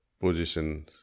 position